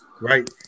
Right